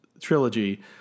trilogy